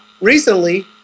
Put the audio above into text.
recently